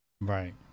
Right